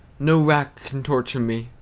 no rack can torture me,